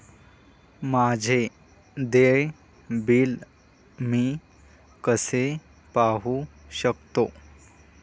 माझे देय बिल मी कसे पाहू शकतो?